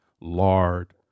lard